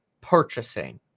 purchasing